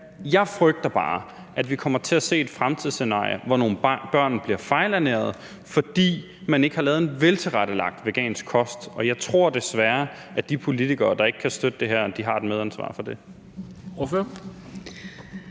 Jeg frygter bare, at vi kommer til at se et fremtidsscenarie, hvor nogle børn bliver fejlernærede, fordi man ikke har lavet en veltilrettelagt vegansk kost. Og jeg tror desværre, at de politikere, der ikke kan støtte det her, har et medansvar for det.